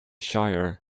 shire